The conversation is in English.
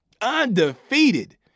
Undefeated